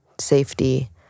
safety